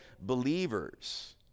believers